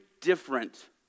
different